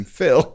Phil